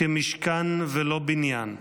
כמשכן ולא בניין.